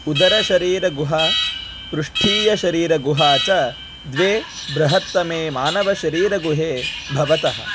उदरशरीरगुहा पृष्ठीयशरीरगुहा च द्वे बृहत्तमे मानवशरीरगुहे भवतः